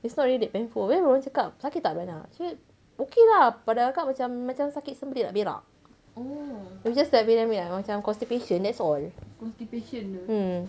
it's not really that painful then orang cakap sakit tak beranak actually okay lah pada kakak macam macam sakit sembelit nak berak it's just like berak-berak macam constipation that's all hmm